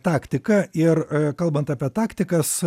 taktika ir kalbant apie taktikas